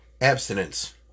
abstinence